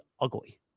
ugly